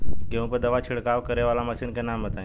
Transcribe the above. गेहूँ पर दवा छिड़काव करेवाला मशीनों के नाम बताई?